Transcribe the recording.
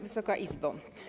Wysoka Izbo!